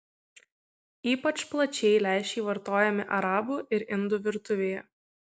ypač plačiai lęšiai vartojami arabų ir indų virtuvėje